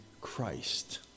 Christ